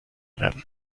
werden